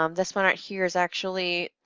um this one right here is actually